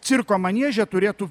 cirko manieže turėtų